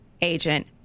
agent